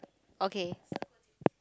okay